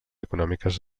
econòmiques